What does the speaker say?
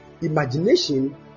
Imagination